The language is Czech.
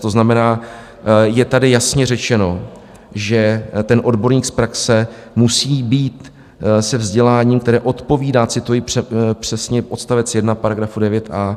To znamená, je tady jasně řečeno, že odborník z praxe musí být se vzděláním, které odpovídá, cituji přesně odstavec 1 § 9a,